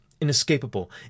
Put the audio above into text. inescapable